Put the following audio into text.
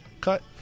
cut